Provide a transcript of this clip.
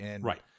Right